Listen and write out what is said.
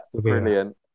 Brilliant